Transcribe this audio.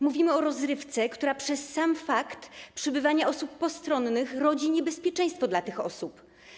Mówimy o rozrywce, która przez sam fakt przebywania osób postronnych rodzi niebezpieczeństwo dla tych osób.